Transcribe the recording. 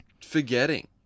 forgetting